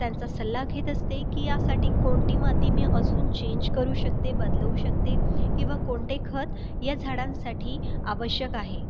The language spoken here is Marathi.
त्यांचा सल्ला घेत असते की यासाठी कोणती माती मी अजून चेन्ज करू शकते बदलवू शकते किंवा कोणते खत या झाडांसाठी आवश्यक आहे